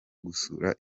gusura